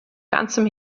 ganzem